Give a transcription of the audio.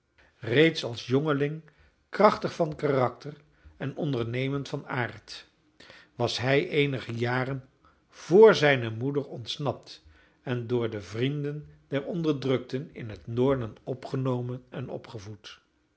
reeds als jongeling krachtig van karakter en ondernemend van aard was hij eenige jaren vr zijne moeder ontsnapt en door de vrienden der onderdrukten in het noorden opgenomen en opgevoed